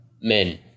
men